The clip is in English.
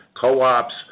co-ops